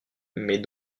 mais